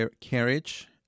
Carriage